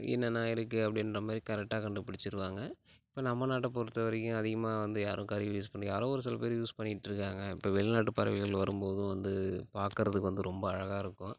என்னென்னா இருக்குது அப்படின்ற மாதிரி கரெக்டாக கண்டுபிடிச்சிருவாங்க இப்போ நம்ம நாட்டை பொறுத்த வரைக்கும் அதிகமாக வந்து யாரும் கருவி யூஸ் பண்ணி யாரோ ஒரு சில பேர் யூஸ் பண்ணிகிட்ருக்காங்க இப்போ வெளிநாட்டு பறவைகள் வரும் போதும் வந்து பார்க்கறதுக்கு வந்து ரொம்ப அழகாக இருக்கும்